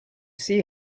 see